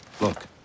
Look